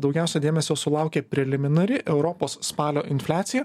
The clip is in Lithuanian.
daugiausia dėmesio sulaukė preliminari europos spalio infliacija